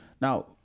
Now